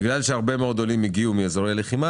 בגלל שהרבה מאוד עולים הגיעו מאזורי לחימה